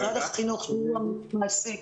משרד החינוך הוא המעסיק,